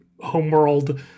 homeworld